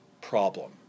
problem